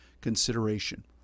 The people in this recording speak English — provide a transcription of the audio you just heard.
consideration